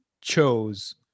chose